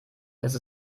dass